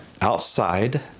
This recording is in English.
outside